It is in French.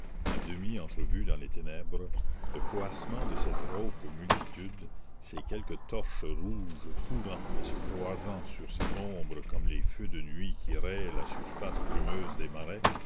à demi entrevue dans les ténèbres le coassement de cette rauque multitude ces quelques torches rouges courant et se croisant sur cette ombre comme les feux de nuit qui rayent la surface brumeuse des marais